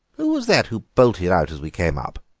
who was that who bolted out as we came up?